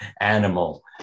animal